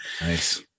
Nice